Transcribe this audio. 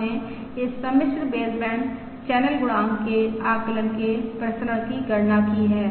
हमने इस सम्मिश्र बेसबैंड चैनल गुणांक के आकलन के प्रसरण की गणना की है